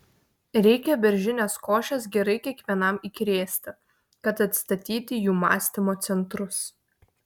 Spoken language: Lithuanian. reikia beržinės košės gerai kiekvienam įkrėsti kad atstatyti jų mąstymo centrus